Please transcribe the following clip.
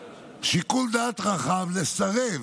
שיקול דעת רחב לסרב